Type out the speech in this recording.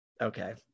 Okay